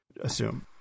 assume